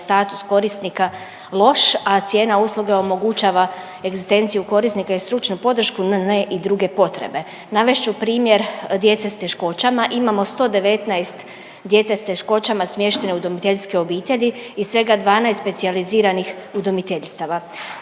status korisnika loš, a cijena usluga omogućava egzistenciju korisnika i stručnu podršku, no ne i druge potrebe. Navest ću primjer djece s teškoćama, imamo 119 djece s teškoćama smještene u udomiteljske obitelji i svega 12 specijaliziranih udomiteljstva.